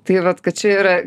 tai vat kad čia yra